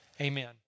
amen